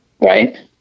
right